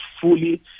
fully